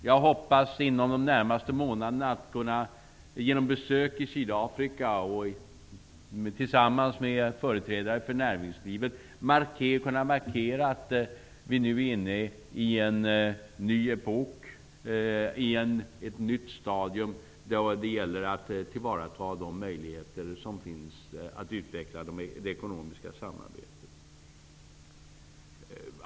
Jag hoppas att inom de närmaste månaderna, genom besök i Sydafrika tillsammans med företrädare för näringslivet, kunna markera att vi nu är inne i en ny epok, ett nytt stadium, där det gäller att tillvarata de möjligheter som finns att utveckla det ekonomiska samarbetet.